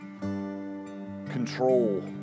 control